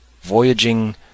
voyaging